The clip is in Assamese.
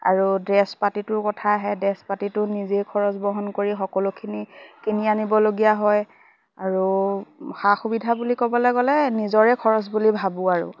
আৰু ড্ৰেছ পাতিটোৰ কথা আহে ড্ৰেছ পাতিটো নিজেই খৰচ বহন কৰি সকলোখিনি কিনি আনিবলগীয়া হয় আৰু সা সুবিধা বুলি ক'বলে গ'লে নিজৰে খৰচ বুলি ভাবোঁ আৰু